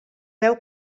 veu